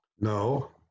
No